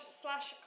slash